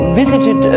visited